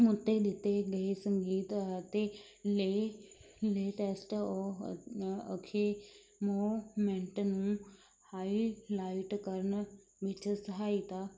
ਮੁਰਤੇ ਦਿੱਤੇ ਗਏ ਸੰਗੀਤ ਅਤੇ ਲੇ ਲੇਟੈਸਟ ਓ ਅਖੇ ਮੋਹਮੈਂਟ ਨੂੰ ਹਾਈਲਾਈਟ ਕਰਨ ਵਿੱਚ ਸਹਾਇਤਾ